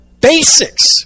basics